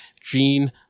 Gene